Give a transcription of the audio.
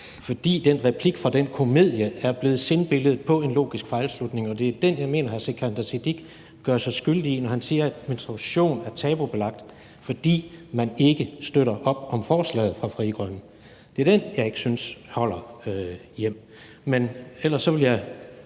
fordi den replik fra den komedie er blevet sindbilledet på en logisk fejlslutning, og det er den, jeg mener hr. Sikandar Siddique gør sig skyldig i, når han siger, at menstruation er tabubelagt, fordi man ikke støtter op om forslaget fra Frie Grønne. Det er den, jeg ikke synes holder hjem. Men ellers vil jeg